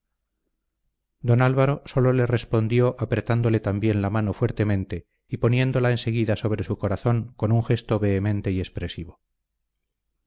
don álvaro sólo le respondió apretándole también la mano fuertemente y poniéndola enseguida sobre su corazón con un gesto vehemente y expresivo